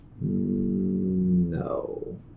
No